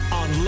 on